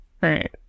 Right